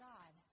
God